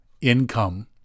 income